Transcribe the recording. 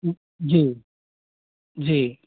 जी जी